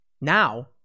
now